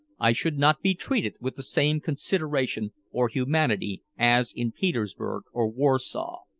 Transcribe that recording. i should not be treated with the same consideration or humanity as in petersburg or warsaw.